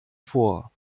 vor